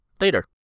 later